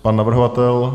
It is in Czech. Pan navrhovatel?